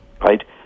right